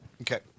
Okay